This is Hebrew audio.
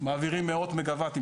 מעבירים מאות מגה וואטים,